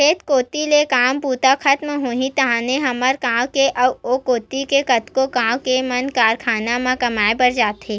खेत कोती ले काम बूता खतम होइस ताहले हमर गाँव के अउ ओ कोती के कतको गाँव के मन ह कारखाना म कमाए बर जाथे